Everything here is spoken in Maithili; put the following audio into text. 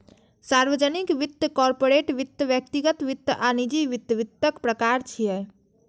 सार्वजनिक वित्त, कॉरपोरेट वित्त, व्यक्तिगत वित्त आ निजी वित्त वित्तक प्रकार छियै